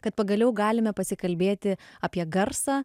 kad pagaliau galime pasikalbėti apie garsą